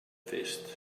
fest